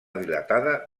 dilatada